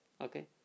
okay